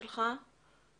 שלום.